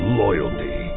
loyalty